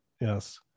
Yes